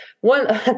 one